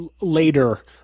later